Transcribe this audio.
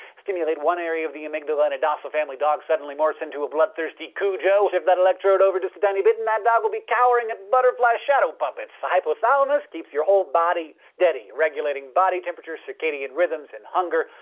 stimulate one area of the amygdala, and a docile family dog suddenly morphs into a blood thirsty cujo. shift that electrode over just a tiny bit and that dog will be cowering at butterfly shadow puppets. the hypothalamus keeps your whole body steady, regulating body temperatures, circadian rhythms, and hunger,